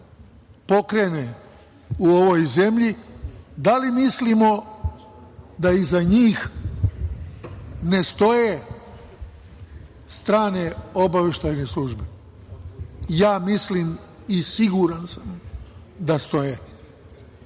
pokrene u ovoj zemlji, da li mislimo da iza njih ne stoje strane obaveštajne službe? Ja mislim i siguran sam da stoje. Iz